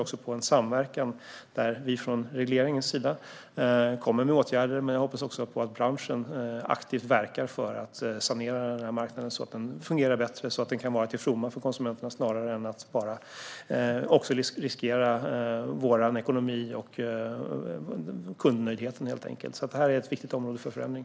Regeringen kommer att vidta åtgärder, men jag hoppas att också branschen verkar aktivt för att sanera denna marknad så att den fungerar till konsumenternas fromma snarare än att riskera ekonomi och kundnöjdhet. Det här är ett viktigt område för förändring.